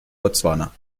botswana